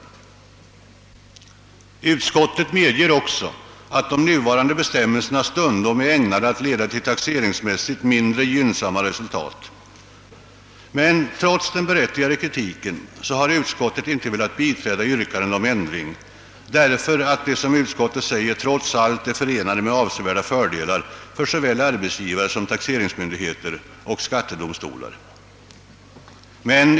Utskottet medger också, att de nuvarande bestämmelserna stundom är ägnade att leda till taxeringsmässigt mindre gynnsamma resultat. Men trots den berättigade kritiken har utskottet inte velat biträda yrkandena om ändring, därför att de nuvarande bestämmelserna — som utskottet säger — trots allt är förenade med avsevärda fördelar för såväl arbetsgivaren som taxeringsmyndigheter och skattedomstolar.